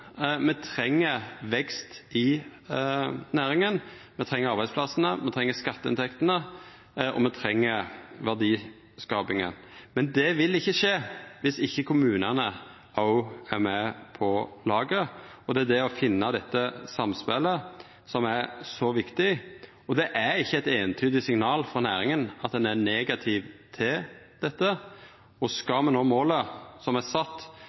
Me treng vekst i næringa, me treng arbeidsplassane, me treng skatteinntektene, og me treng verdiskapinga. Men det vil ikkje skje viss ikkje kommunane òg er med på laget. Det er det å finna dette samspelet som er så viktig. Det er ikkje eit eintydig signal frå næringa om at ho er negativ til dette. Skal me nå målet som er sett,